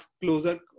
closer